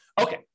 Okay